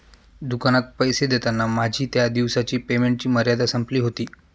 दुकानात पैसे देताना माझी त्या दिवसाची पेमेंटची मर्यादा संपली होती